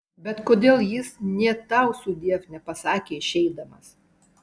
bet kodėl jis nė tau sudiev nepasakė išeidamas